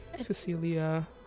Cecilia